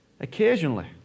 Occasionally